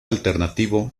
alternativo